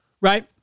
right